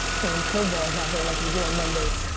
throwing curve balls out there like we do on mondays.